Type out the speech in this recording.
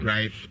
Right